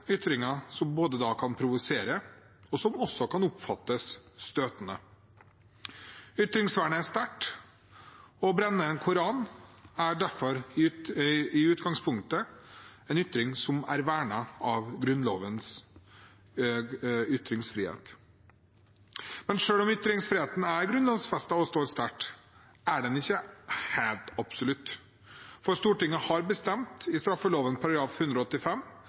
ytringer som både kan provosere og også kan oppfattes støtende. Ytringsvernet er sterkt. Å brenne en koran er derfor i utgangspunktet en ytring som er vernet av Grunnlovens paragraf om ytringsfrihet. Men selv om ytringsfriheten er grunnlovfestet og står sterkt, er den ikke helt absolutt, for Stortinget har i straffeloven § 185